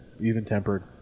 even-tempered